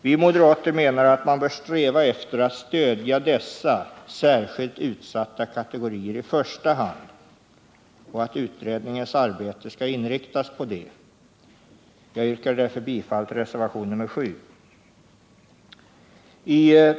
Vi moderater menar att man bör sträva efter att i första hand stödja dessa särskilt utsatta kategorier och att utredningens arbete skall inriktas på det. Jag yrkar därför bifall till reservation nr 7.